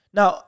Now